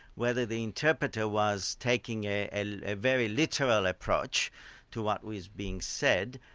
whether the interpreter was taking a a very literal approach to what was being said,